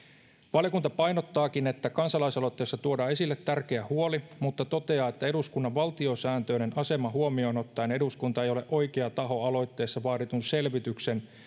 valiokunta painottaakin että kansalaisaloitteessa tuodaan esille tärkeä huoli mutta toteaa että eduskunnan valtiosääntöinen asema huomioon ottaen eduskunta ei ole oikea taho aloitteessa vaaditun selvityksen